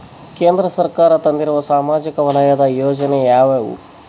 ಕೇಂದ್ರ ಸರ್ಕಾರ ತಂದಿರುವ ಸಾಮಾಜಿಕ ವಲಯದ ಯೋಜನೆ ಯಾವ್ಯಾವು?